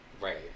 right